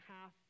half